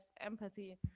empathy